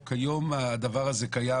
הדבר הזה קורה